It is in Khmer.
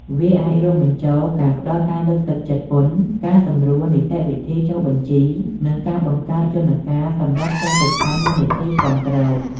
វាអាចរួមបញ្ចូលការផ្តល់ការលើកទឹកចិត្តពន្ធ ការសម្រួលនីតិវិធីចុះបញ្ជី និងការបង្កើតយន្តការសម្រាប់ចូលទៅកាន់មូលនិធិគាំទ្រ ។